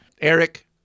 Eric